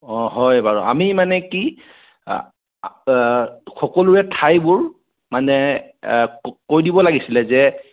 অ হয় বাৰু আমি মানে কি সকলোৱে ঠাইবোৰ মানে এ কৈ দিব লাগিছিলে যে